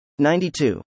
92